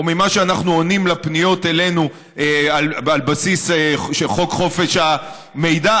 או ממה שאנחנו עונים לפניות אלינו על בסיס של חוק חופש המידע.